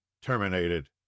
terminated